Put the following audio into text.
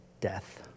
death